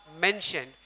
mentioned